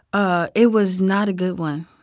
ah it was not a good one.